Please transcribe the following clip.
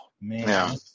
man